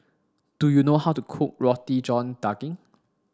do you know how to cook Roti John Daging